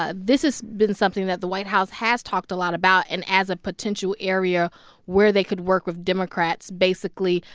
ah this has been something that the white house has talked a lot about and as a potential area where they could work with democrats basically,